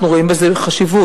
אנחנו רואים בזה חשיבות.